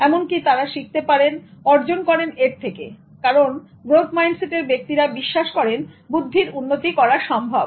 এমনকি তারা শিখতে পারেন অর্জন করেন এর থেকে কারণ গ্রোথ মাইন্ডসেটের ব্যক্তিরা বিশ্বাস করেন বুদ্ধির উন্নতি করা সম্ভব